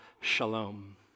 shalom